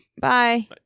Bye